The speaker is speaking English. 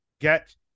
get